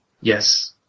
Yes